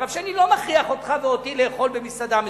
הרב שיינין לא מכריח אותך ואותי לאכול במסעדה מסוימת.